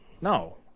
No